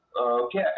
okay